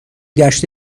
گشت